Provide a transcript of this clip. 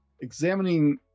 examining